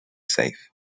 safe